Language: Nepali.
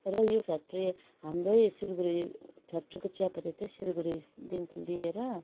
र यो फ्याक्ट्री हाम्रै सिलगढी फ्याक्ट्रीको चियापत्ती चाहिँ सिलगढीदेखिको लिएर